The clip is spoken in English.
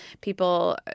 People